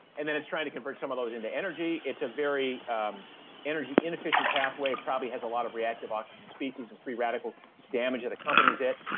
and then it's trying to convert some of those into energy. it's a very um energy inefficient pathway. it probably has a lot of reactive oxygen species and free radical damage that accompanies it.